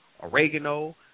oregano